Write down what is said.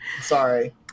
Sorry